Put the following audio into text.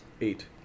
Eight